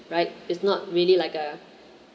right it's not really like a